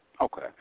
Okay